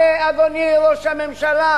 הרי, אדוני ראש הממשלה,